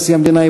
נשיא המדינה,